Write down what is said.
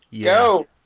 go